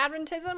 Adventism